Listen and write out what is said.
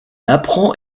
apprend